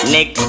Nick